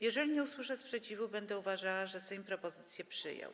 Jeżeli nie usłyszę sprzeciwu, będę uważała, że Sejm propozycję przyjął.